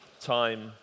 Time